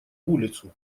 улицу